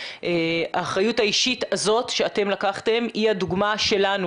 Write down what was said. האחריות האישית הזאת שאתם לקחתם היא הדוגמה שלנו